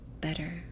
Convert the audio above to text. better